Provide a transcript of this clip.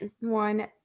One